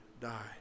die